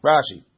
Rashi